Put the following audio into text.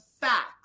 facts